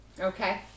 Okay